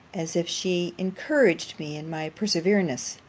as if she encouraged me in my perverseness.